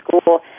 school